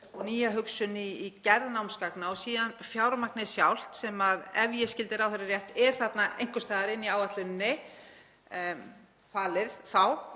og nýja hugsun í gerð námsgagna og síðan fjármagnið sjálft sem, ef ég skildi ráðherra rétt, er þarna einhvers staðar inni í áætluninni, falið, þá